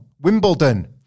Wimbledon